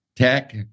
tech